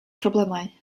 problemau